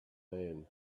man